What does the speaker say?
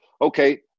okay